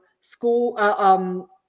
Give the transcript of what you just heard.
school